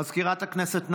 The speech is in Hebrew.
מזכירת הכנסת,